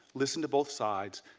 listen to both sides.